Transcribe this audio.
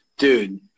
Dude